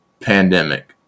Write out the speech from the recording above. pandemic